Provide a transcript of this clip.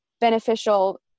beneficial